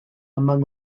among